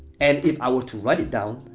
and if i were to write it down,